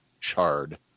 charred